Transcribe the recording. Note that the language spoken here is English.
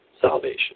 salvation